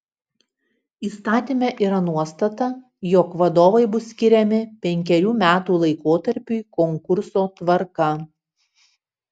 įstatyme yra nuostata jog vadovai bus skiriami penkerių metų laikotarpiui konkurso tvarka